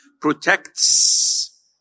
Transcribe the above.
protects